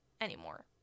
anymore